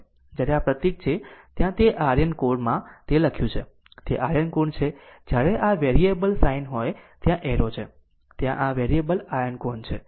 જ્યારે આ પ્રતીક છે ત્યાં તે આયર્ન કોર છે તે લખ્યું છે તે આયર્ન કોર છે જ્યારે આ વેરીએબલ સાઇન હોય ત્યાં એરો છે ત્યાં આ વેરીએબલ આયર્ન કોર છે